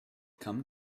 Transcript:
come